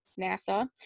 NASA